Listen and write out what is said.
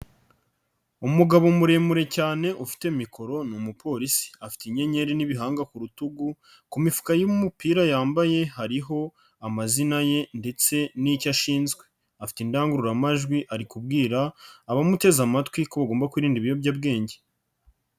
Umugabo muremure cyane ufite mikoro ni umupolisi, afite inyenyeri n'ibihanga ku rutugu, ku mifuka y'umupira yambaye hariho amazina ye ndetse n'icyo ashinzwe, afite indangururamajwi ari kubwira abamuteze amatwi ko bagomba kwirinda ibiyobyabwenge.